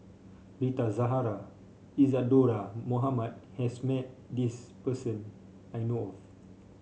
Rita Zahara Isadhora Mohamed has met this person I know of